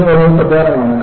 ഇത് വളരെ പ്രധാനമാണ്